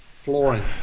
flooring